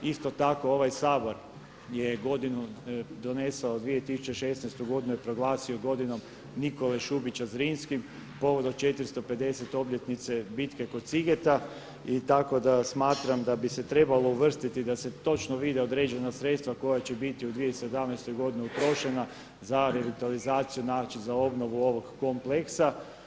Isto tako ovaj Sabor je donesao 2016. godinu je proglasio godinom Nikole Šubića Zrinskim povodom 450. obljetnice bitke kod Sigeta i tako da smatram da bi se trebalo uvrstiti da se točno vide određena sredstva koja će biti u 2017. utrošena za revitalizaciju za obnovu ovog kompleksa.